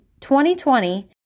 2020